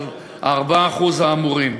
ה-4% האמורים,